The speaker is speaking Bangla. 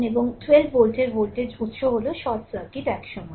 এবং 12 ভোল্টের ভোল্টেজ উত্স হল শর্ট সার্কিট এক সময়ে